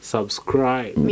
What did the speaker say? Subscribe